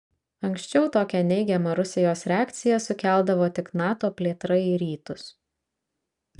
anksčiau tokią neigiamą rusijos reakciją sukeldavo tik nato plėtra į rytus